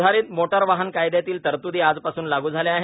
सुधारित मोटार वाहन कायद्यातल्या तरतुदी आजपासून लागू झाल्या आहेत